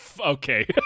okay